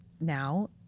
now